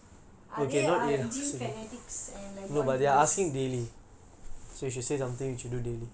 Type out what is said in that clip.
no are they are like gym fanatics and like bodybuilders